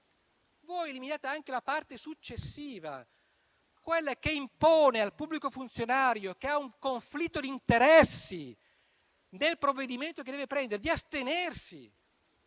ma eliminate anche la parte successiva, quella che impone al pubblico funzionario che ha un conflitto di interessi nel provvedimento che deve prendere di astenersi,